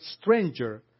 stranger